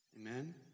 Amen